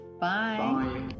Bye